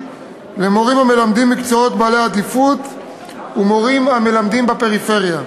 למורים המלמדים מקצועות בעלי עדיפות ולמורים המלמדים בפריפריה.